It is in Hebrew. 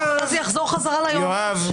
ואז זה יחזור חזרה ליועמ"ש?